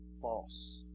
false